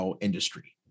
industry